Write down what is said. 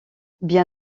bien